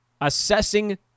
assessing